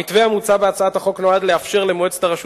המתווה המוצע בהצעת החוק נועד לאפשר למועצת הרשות